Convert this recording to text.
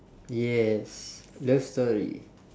yes love story